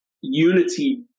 unity